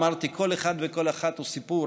אמרתי: כל אחד וכל אחת הוא סיפור,